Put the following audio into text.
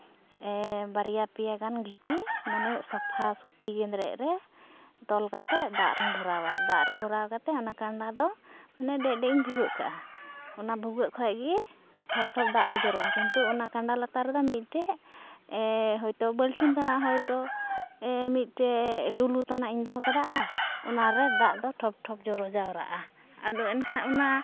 ᱵᱟᱨᱭᱟ ᱯᱮᱭᱟ ᱜᱟᱱ ᱜᱤᱴᱤ ᱢᱟᱱᱮ ᱥᱟᱯᱷᱟ ᱥᱩᱛᱤ ᱜᱮᱸᱫᱽᱨᱮᱡ ᱨᱮ ᱛᱚᱞ ᱠᱟᱛᱮᱫ ᱫᱟᱜ ᱨᱤᱧ ᱵᱷᱚᱨᱟᱣᱟ ᱫᱟᱜ ᱨᱤᱧ ᱵᱷᱚᱨᱟᱣ ᱠᱟᱛᱮᱫ ᱚᱱᱟ ᱠᱟᱸᱰᱟ ᱫᱚ ᱢᱟᱱᱮ ᱰᱮᱡ ᱰᱮᱡ ᱤᱧ ᱵᱷᱩᱜᱟᱹᱜ ᱠᱟᱜᱼᱟ ᱚᱱᱟ ᱵᱷᱩᱜᱟᱹᱜ ᱠᱷᱚᱱ ᱜᱮ ᱴᱷᱚᱯ ᱴᱷᱚᱯ ᱫᱟᱜ ᱫᱚ ᱡᱚᱨᱚᱜᱼᱟ ᱠᱤᱱᱛᱩ ᱚᱱᱟ ᱠᱟᱸᱰᱟ ᱞᱟᱛᱟᱨ ᱨᱮᱫᱚ ᱢᱤᱫᱴᱮᱱ ᱦᱳᱭᱛᱳ ᱵᱟᱞᱴᱤᱱ ᱛᱮᱱᱟᱜ ᱦᱳᱭᱛᱳ ᱢᱤᱫᱴᱮᱱ ᱛᱟᱱᱟᱜ ᱤᱧ ᱫᱚᱦᱚ ᱠᱟᱫᱟ ᱚᱱᱟ ᱨᱮ ᱫᱟᱜ ᱫᱚ ᱴᱷᱚᱯ ᱴᱷᱚᱯ ᱡᱚᱨᱚ ᱡᱟᱣᱨᱟᱜᱼᱟ ᱟᱫᱚ ᱮᱱᱠᱷᱟᱱ ᱚᱱᱟ